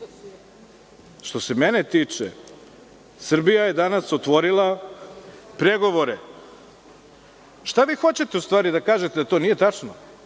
se mene tiče, Srbija je danas otvorila pregovore. Šta vi hoćete u stvari da kažete, da to nije tačno?